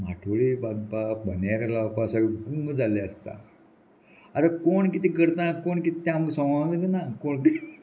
माठोळी बांदपाक बनेर लावपा सगळें गुंग जाल्लें आसता आतां कोण कितें करता कोण कितें तें आमकां सोंक ना कोण कितें